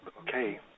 okay